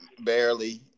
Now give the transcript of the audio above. barely